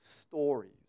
stories